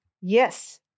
Yes